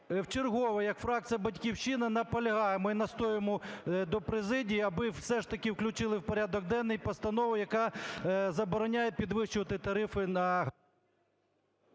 вчергове як фракція "Батьківщина" наполягаємо, ми настоюємо до президії, аби все ж таки включили в порядок денний постанову, яка забороняє підвищувати тарифи на…